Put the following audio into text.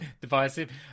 divisive